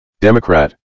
Democrat